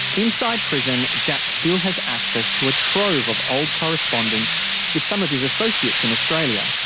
inside prison jack still has access to a trove of old correspondence with some of his associates in australia.